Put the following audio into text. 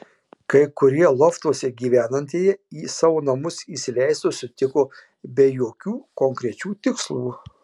kai kurie loftuose gyvenantieji į savo namus įsileisti sutiko be jokių konkrečių tikslų